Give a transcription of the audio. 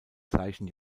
gleichen